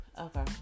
Okay